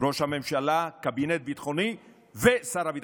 ראש הממשלה, קבינט ביטחוני ושר הביטחון.